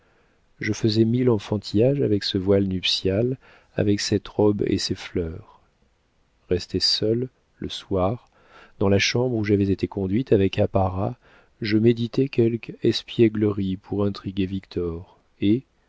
je faisais mille enfantillages avec ce voile nuptial avec cette robe et ces fleurs restée seule le soir dans la chambre où j'avais été conduite avec apparat je méditai quelque espièglerie pour intriguer victor et